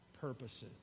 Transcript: purposes